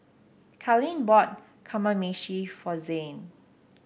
Carlene bought Kamameshi for Zain